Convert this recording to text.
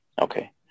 okay